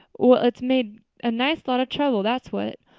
well, it's made a nice lot of trouble, that's what.